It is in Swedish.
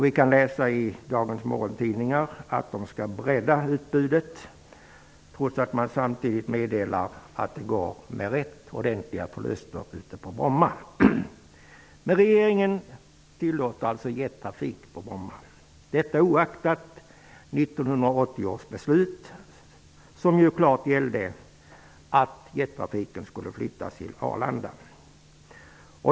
Vi kan i dagens morgontidningar läsa att man skall bredda utbudet trots att verksamheten på Bromma, som det samtidigt meddelas, går med rätt ordentliga förluster. Regeringen tillåter alltså jettrafik på Bromma oaktat att 1980 års beslut klart innebar att jettrafiken skulle flyttas till Arlanda.